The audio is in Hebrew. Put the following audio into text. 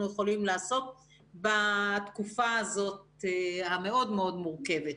יכולים לעשות בתקופה הזאת המאוד מאוד מורכבת.